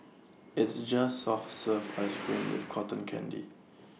it's just soft serve Ice Cream with Cotton Candy